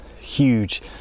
huge